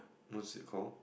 what's it called